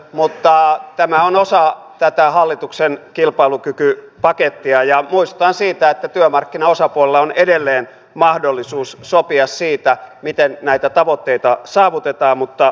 mutta tämä on osa tätä hallituksen kilpailukykyä pakettia ja muistan siitä että työmarkkinaosapuolilla on edelleen mahdollisuus sopia siitä miten näitä tavoitteita saavuteta mutta